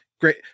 great